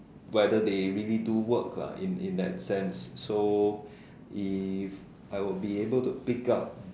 whether they really do work lah in in that sense so if I would be able to pick up